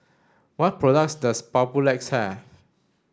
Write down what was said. what products does Papulex have